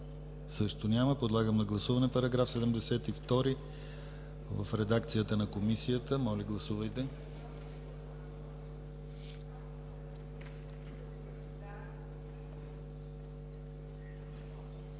Също няма. Подлагам на гласуване § 72 в редакцията на Комисията. Моля, гласувайте.